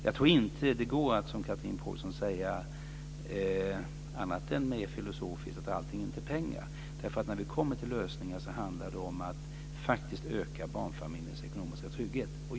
Jag tror inte att det går att säga som Chatrine Pålsson, annat än mer filosofiskt, att allting inte är pengar. När vi kommer till lösningar handlar det ju om att öka barnfamiljernas ekonomiska trygghet.